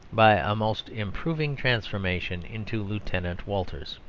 by a most improving transformation, into lieutenant walters.